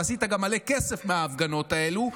ועשית גם מלא כסף מההפגנות האלה,